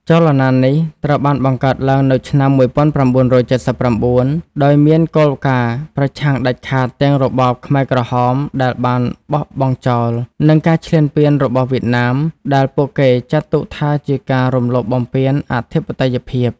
ចលនានេះត្រូវបានបង្កើតឡើងនៅឆ្នាំ១៩៧៩ ដោយមានគោលការណ៍ប្រឆាំងដាច់ខាតទាំងរបបខ្មែរក្រហមដែលបានបោះបង់ចោល និងការឈ្លានពានរបស់វៀតណាម ដែលពួកគេចាត់ទុកថាជាការរំលោភបំពានអធិបតេយ្យភាព។